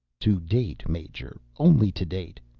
to date, major. only to date.